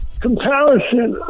comparison